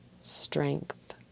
strength